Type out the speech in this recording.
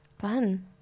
fun